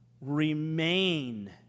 remain